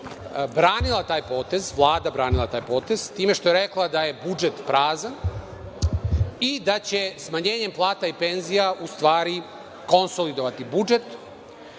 branila taj potez, Vlada branila taj potez, time što je rekla da je budžet prazan i da će smanjenjem plata i penzija u stvari konsolidovati budžet